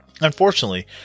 Unfortunately